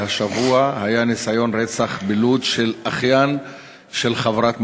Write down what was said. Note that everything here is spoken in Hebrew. והשבוע היה ניסיון רצח של אחיין של חברת מועצה.